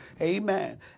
Amen